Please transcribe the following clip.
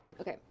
Okay